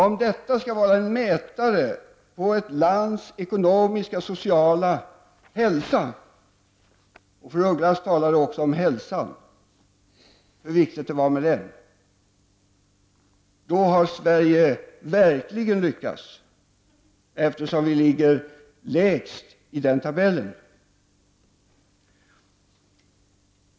Om detta skall vara en mätare på ett lands ekonomiska och sociala hälsa — fru af Ugglas talade mycket om hur viktigt det är med hälsan — har vi verkligen lyckats, eftersom vi ligger lägst i den tabellen.